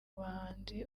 bahanzi